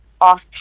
off